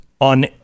on